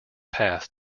path